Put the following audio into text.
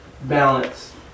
Balance